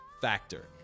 Factor